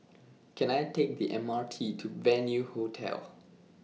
Can I Take The M R T to Venue Hotel